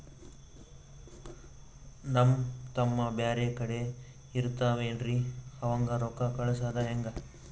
ನಮ್ ತಮ್ಮ ಬ್ಯಾರೆ ಕಡೆ ಇರತಾವೇನ್ರಿ ಅವಂಗ ರೋಕ್ಕ ಕಳಸದ ಹೆಂಗ?